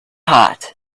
hot